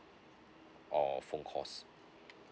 or phone calls